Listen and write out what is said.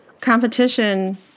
competition